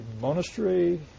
monastery